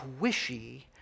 squishy